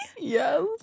Yes